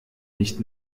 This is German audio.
nicht